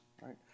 right